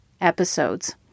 episodes